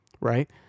Right